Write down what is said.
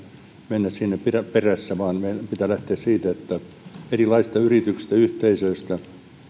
mennä sinne perässä vaan meidän pitää lähteä siitä että erilaisista yrityksistä ja yhteisöistä